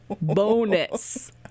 Bonus